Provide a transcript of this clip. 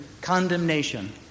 condemnation